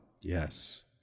Yes